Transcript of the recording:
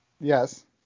yes